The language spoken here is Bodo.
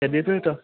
एडमिटखौथ'